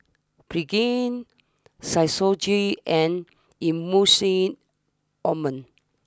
Pregain Physiogel and Emulsying Ointment